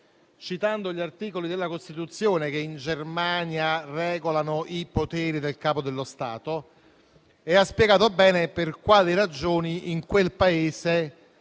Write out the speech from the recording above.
citato gli articoli della Costituzione che in Germania regolano i poteri del Capo dello Stato e ha spiegato bene per quali ragioni in quel Paese